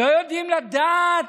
לא יודעים לדעת?